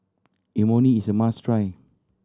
Imoni is a must try